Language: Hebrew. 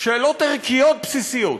בשאלות ערכיות בסיסיות,